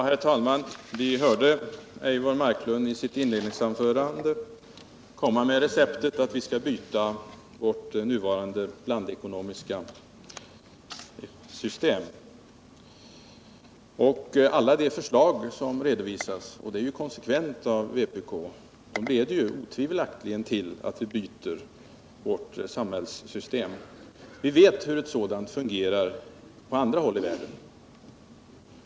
Herr talman! Vi hörde Eivor Marklund i sitt inledningsanförande komma med receptet att vi skall byta ut vårt nuvarande blandekonomiska system enligt alla de förslag som vpk redovisar. Detta är ju konsekvent av vpk — det leder otvivelaktigt till att vi byter samhällssystem. Vi vet hur det fungerar på andra håll i världen.